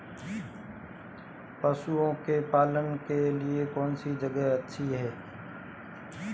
पशुओं के पालन के लिए कौनसी जगह अच्छी है?